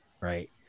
right